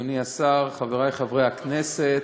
אדוני השר, חברי חברי הכנסת,